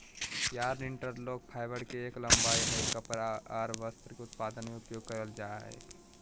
yarn interlock, fibre के एक लंबाई हय कपड़ा आर वस्त्र के उत्पादन में उपयोग करल जा हय